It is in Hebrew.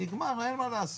נגמר, אין מה לעשות.